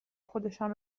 خودشان